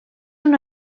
una